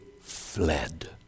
fled